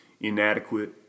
inadequate